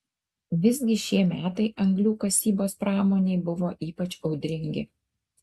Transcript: visgi šie metai anglių kasybos pramonei buvo ypač audringi